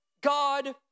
God